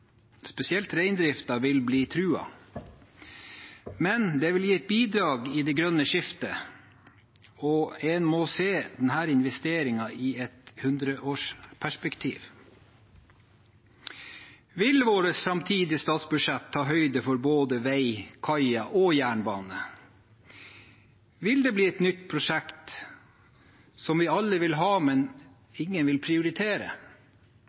Spesielt reindriften vil bli truet. Men det vil gi et bidrag til det grønne skiftet, og en må se denne investeringen i et hundreårsperspektiv. Vil våre framtidige statsbudsjett ta høyde for både vei, kaier og jernbane? Vil det bli et nytt prosjekt som vi alle vil ha, men som ingen vil prioritere?